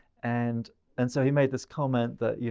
and and so he made this comment that, you